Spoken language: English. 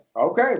okay